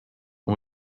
ont